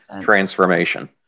transformation